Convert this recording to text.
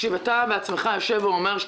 אתה בעצמך יושב ואומר,